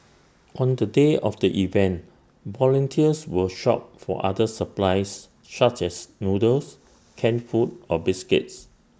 on the day of the event volunteers will shop for other supplies such as noodles canned food or biscuits